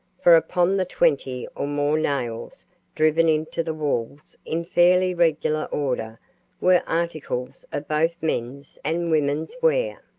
for upon the twenty or more nails driven into the walls in fairly regular order were articles of both men's and women's wear,